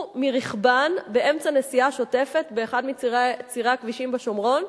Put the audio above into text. מרכבן באמצע נסיעה שוטפת באחד מצירי הכבישים בשומרון,